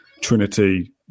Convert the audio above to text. Trinity